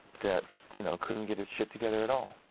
that you know couldn't get his shit together at all.